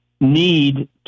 need